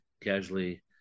casually